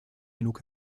genug